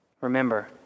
remember